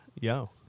Yo